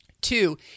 Two